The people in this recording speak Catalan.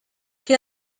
que